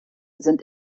sind